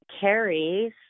carries